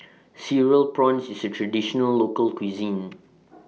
Cereal Prawns IS A Traditional Local Cuisine